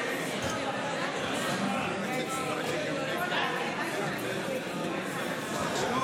להעביר לוועדה את הצעת חוק הרבנות לישראל (תיקון,